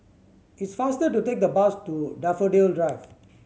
it's faster to take the bus to Daffodil Drive